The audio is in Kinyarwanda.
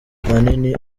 manini